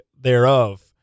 thereof